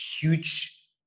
huge